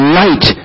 light